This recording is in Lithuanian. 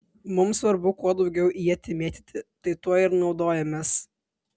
mums svarbu kuo daugiau ietį mėtyti tai tuo ir naudojamės